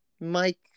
Mike